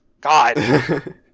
God